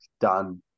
done